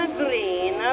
green